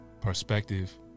perspective